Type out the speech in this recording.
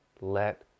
let